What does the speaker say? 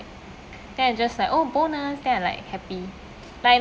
then I'm just like oh bonus then I'm like happy like I